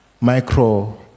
micro